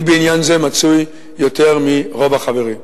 אני מצוי בעניין זה יותר מרוב החברים.